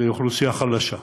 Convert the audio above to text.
וזו אוכלוסייה חלשה: